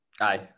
Aye